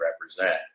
represent